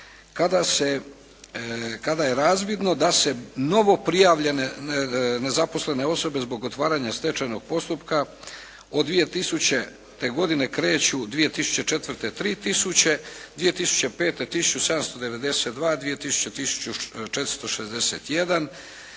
kada je razvidno da se novoprijavljene nezaposlene osobe zbog otvaranja stečajnog postupka od 2000. godine kreću 2004. tri tisuće, 2005.